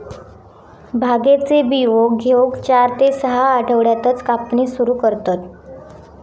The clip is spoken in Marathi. भांगेचे बियो घेऊक चार ते सहा आठवड्यातच कापणी सुरू करतत